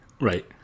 Right